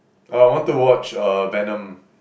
oh I want to watch uh Venom